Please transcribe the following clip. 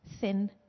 thin